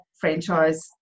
franchise